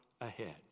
ahead